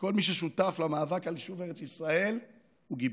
וכל מי ששותף למאבק על יישוב ארץ ישראל הוא גיבור.